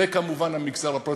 וכמובן המגזר הפרטי,